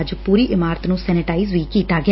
ਅੱਜ ਪੁਰੀ ਇਮਾਰਤ ਨੂੰ ਸੈਨੇਟਾਈਜ਼ ਕੀਡਾ ਗਿਆ